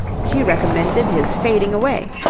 she recommended his fading away,